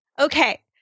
Okay